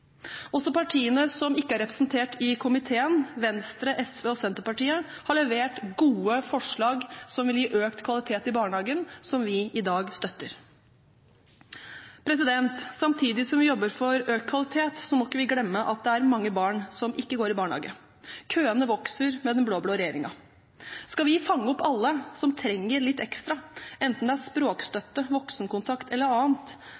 Også partiene som ikke er representert i komiteen, Venstre, SV og Senterpartiet, har levert gode forslag, som vil gi økt kvalitet i barnehagen, som vi i dag støtter. Samtidig som vi jobber for økt kvalitet, må vi ikke glemme at det er mange barn som ikke går i barnehage. Køene vokser med den blå-blå regjeringen. Skal vi fange opp alle som trenger litt ekstra, enten det er språkstøtte, voksenkontakt eller annet,